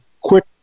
quick